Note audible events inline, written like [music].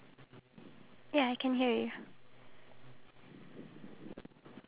was late because I had to do some stuff at home [noise]